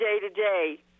day-to-day